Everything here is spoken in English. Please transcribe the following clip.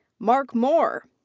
mark moore.